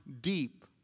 deep